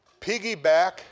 Piggyback